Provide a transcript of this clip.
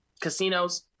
casinos